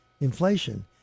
inflation